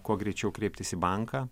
kuo greičiau kreiptis į banką